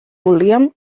volíem